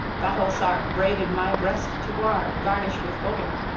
battle-sark braided my breast to ward, garnished with gold.